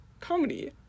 Comedy